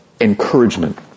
encouragement